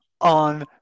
on